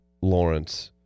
Lawrence